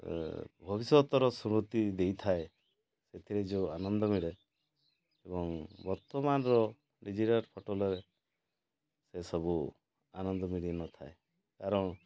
ଭବିଷ୍ୟତର ଶ୍ରୁତି ଦେଇଥାଏ ସେଥିରେ ଯୋଉ ଆନନ୍ଦ ମିଳେ ଏବଂ ବର୍ତ୍ତମାନର ଡିଜିଟାଲ୍ ଫୋଟୋରେ ସେ ସବୁ ଆନନ୍ଦ ମିଳିନଥାଏ କାରଣ